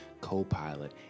co-pilot